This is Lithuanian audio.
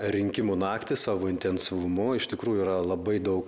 rinkimų naktį savo intensyvumu iš tikrųjų yra labai daug